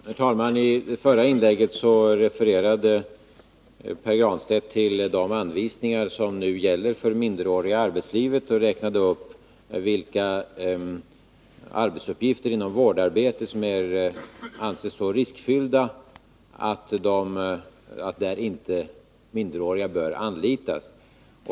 Herr talman! I det förra inlägget refererade Pär Granstedt till de anvisningar som nu gäller för minderåriga i arbetslivet och räknade upp vilka arbetsuppgifter inom vårdarbetet som anses så riskfyllda att minderåriga där inte bör anlitas.